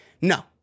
no